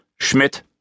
Schmidt-